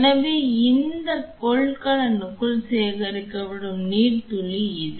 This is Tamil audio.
எனவே இந்தக் கொள்கலனுக்குள் சேகரிக்கப்படும் நீர்த்துளி இது